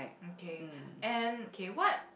okay and okay what